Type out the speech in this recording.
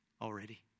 already